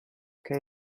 case